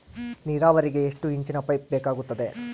ನೇರಾವರಿಗೆ ಎಷ್ಟು ಇಂಚಿನ ಪೈಪ್ ಬೇಕಾಗುತ್ತದೆ?